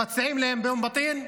מציעים להם באום בטין,